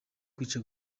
kwica